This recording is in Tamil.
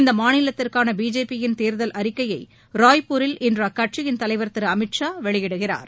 இம்மாநிலத்திற்கான பிஜேபியின் தேர்தல் அறிக்கையை ராய்பூரில் இன்று அக்கட்சியின் தலைவா் திரு அமித் ஷா வெளியிடுகிறாார்